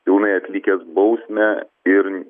pilnai atlikęs bausmę ir